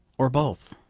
or both.